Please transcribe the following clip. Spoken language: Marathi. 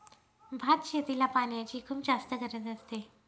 भात शेतीला पाण्याची खुप जास्त गरज असते